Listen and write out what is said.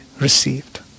received